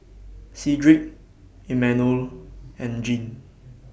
Cedric Imanol and Jean